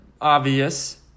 obvious